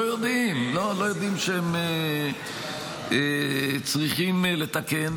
לא, לא יודעים שהם צריכים לתקן.